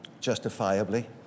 justifiably